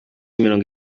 mirongo